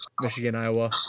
Michigan-Iowa